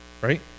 right